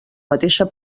mateixa